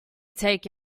take